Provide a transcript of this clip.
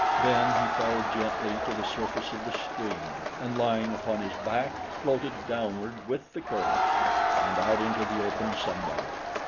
then he fell gently to the surface of the stream and lying upon his back floated downward with the current and out into the open sunlight.